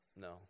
No